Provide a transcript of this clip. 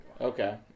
Okay